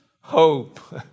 hope